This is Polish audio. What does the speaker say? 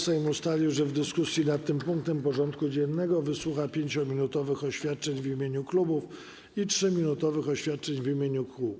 Sejm ustalił, że w dyskusji nad tym punktem porządku dziennego wysłucha 5-minutowych oświadczeń w imieniu klubów i 3-minutowych oświadczeń w imieniu kół.